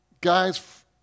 Guys